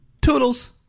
Toodles